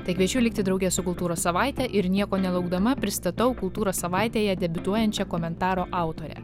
tai kviečiu likti drauge su kultūros savaite ir nieko nelaukdama pristatau kultūros savaitėje debiutuojančią komentaro autorę